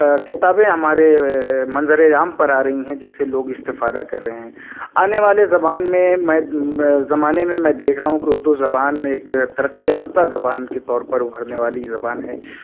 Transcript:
کتابیں ہمارے منظر عام پر آرہی ہیں جس سے لوگ استفادہ کر رہے ہیں آنے والے زبان میں میں زمانے میں میں دیکھ رہا ہوں کہ اردو زبان ایک ترقی یافتہ زبان کے طور پر ابھرنے والی زبان ہے